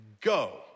go